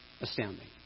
Astounding